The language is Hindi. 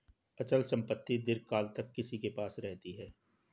अचल संपत्ति दीर्घकाल तक किसी के पास रहती है